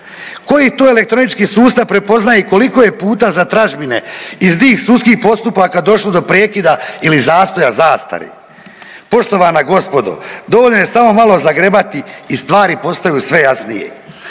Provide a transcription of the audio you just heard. Koji to elektronički sustav prepoznaje koliko je puta za tražbine iz tih sudskih postupaka došlo do prekida ili zastoja zastare? Poštovana gospodo, dovoljno je samo malo zagrebati i stvari postaju sve jasnije.